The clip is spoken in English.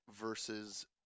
Versus